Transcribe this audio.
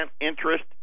interest